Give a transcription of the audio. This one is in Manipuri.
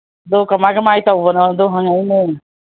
ꯑꯗꯣ ꯀꯃꯥꯏ ꯀꯃꯥꯏꯅ ꯇꯧꯕꯅꯣꯗꯣ ꯍꯪꯂꯛꯏꯅꯦ